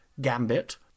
Gambit